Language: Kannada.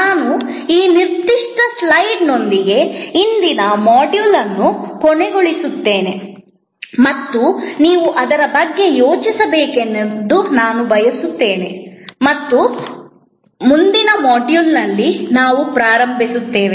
ನಾನು ಈ ನಿರ್ದಿಷ್ಟ ಸ್ಲೈಡ್ನೊಂದಿಗೆ ಇಂದಿನ ಮಾಡ್ಯೂಲ್ ಅನ್ನು ಕೊನೆಗೊಳಿಸುತ್ತೇನೆ ಮತ್ತು ನೀವು ಅದರ ಬಗ್ಗೆ ಯೋಚಿಸಬೇಕೆಂದು ನಾನು ಬಯಸುತ್ತೇನೆ ಮತ್ತು ಮುಂದಿನ ಮಾಡ್ಯೂಲ್ನಲ್ಲಿ ನಾವು ಪ್ರಾರಂಭಿಸುತ್ತೇವೆ